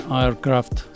aircraft